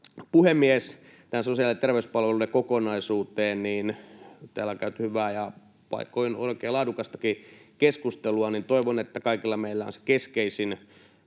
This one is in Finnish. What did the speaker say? Tähän sosiaali- ja terveyspalveluiden kokonaisuuteen täällä on käyty hyvää ja paikoin oikein laadukastakin keskustelua. Toivon, että kaikilla meillä on keskeisin